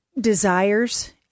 desires